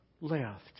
left